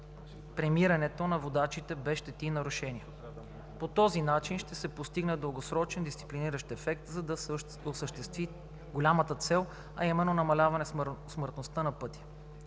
премирането на водачите без щети и нарушения. По този начин ще се постигне дългосрочен дисциплиниращ ефект, за да се осъществи голямата цел, а именно – намаляване смъртността на пътя.